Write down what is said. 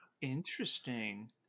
Interesting